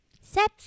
Set